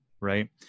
Right